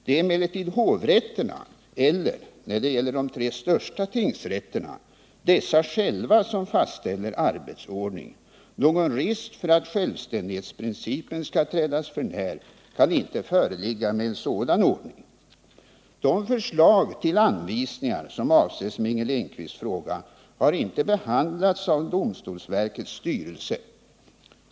Det är emellertid hovrätterna eller, när det gäller de tre största tingsrätterna, dessa själva som fastställer arbetsordningen. Någon risk för att självständighetsprincipen skall trädas för när kan inte föreligga med en sådan ordning. De förslag till anvisningar som avses med Inger Lindquists fråga har inte behandlats av domstolsverkets styrelse.